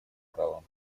права